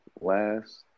last